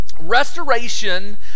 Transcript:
restoration